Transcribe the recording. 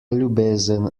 ljubezen